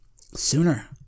sooner